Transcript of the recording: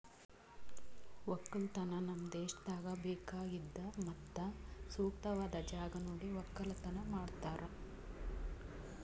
ಒಕ್ಕಲತನ ನಮ್ ದೇಶದಾಗ್ ಬೇಕಾಗಿದ್ ಮತ್ತ ಸೂಕ್ತವಾದ್ ಜಾಗ ನೋಡಿ ಒಕ್ಕಲತನ ಮಾಡ್ತಾರ್